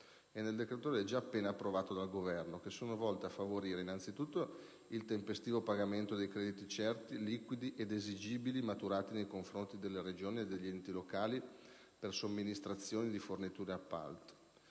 e nel decreto-legge appena approvato dal Governo, che sono volte a favorire, anzitutto, il tempestivo pagamento dei crediti certi, liquidi ed esigibili maturati nei confronti delle Regioni e degli enti locali per somministrazioni, forniture e appalti;